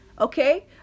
okay